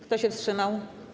Kto się wstrzymał?